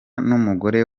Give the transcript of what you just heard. n’umugore